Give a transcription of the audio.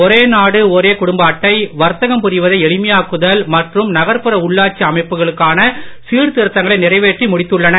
ஒரே நாடு ஒரே குடும்ப அட்டை வர்த்தகம் புரிவதை எளிமையாக்குதல் மற்றும் நகர்புற உள்ளாட்சி அமைப்புகளுக்கான சீர்திருத்தங்களை நிறைவேற்றி முடித்துள்ளன